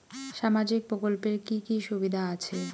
সামাজিক প্রকল্পের কি কি সুবিধা আছে?